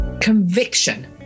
...conviction